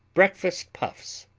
breakfast puffs